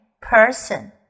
person